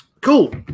Cool